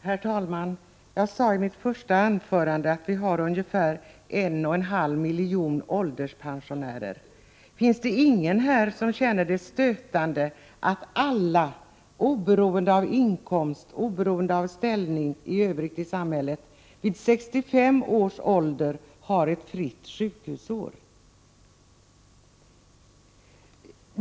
Herr talman! Jag sade i mitt första anförande att vi har ungefär en och en halv miljon ålderspensionärer. Finns det ingen här som känner det stötande att alla, oberoende av inkomst, oberoende av ställning i övrigt i samhället, vid 65 års ålder har ett fritt sjukhusår?